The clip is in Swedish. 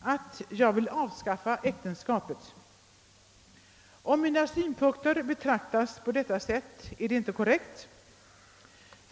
att jag vill avskaffa äktenskapet. Om mina synpunkter uppfattas så, är det inte korrekt.